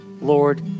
Lord